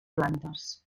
plantes